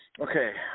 Okay